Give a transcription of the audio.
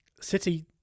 City